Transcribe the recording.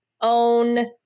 own